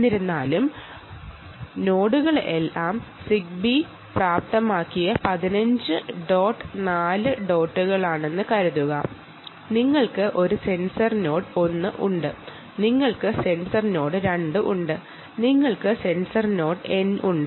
എന്നിരുന്നാലും നോഡുകളെല്ലാം സിഗ്ബി പ്രാപ്തമാക്കിയ 15 ഡോട്ട് 4 നോഡുകളാണെന്ന് കരുതുക നിങ്ങൾക്ക് ഒരു സെൻസർ നോഡ് 1 ഉണ്ട് നിങ്ങൾക്ക് സെൻസർ നോഡ് 2 ഉണ്ട് അങ്ങനെ n സെൻസർ നോഡ് ഉണ്ട്